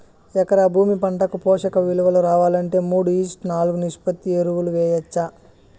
ఎకరా భూమి పంటకు పోషక విలువలు రావాలంటే మూడు ఈష్ట్ నాలుగు నిష్పత్తిలో ఎరువులు వేయచ్చా?